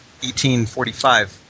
1845